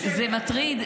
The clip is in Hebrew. זה מטריד.